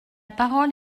parole